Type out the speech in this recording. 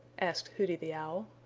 asked hooty the owl.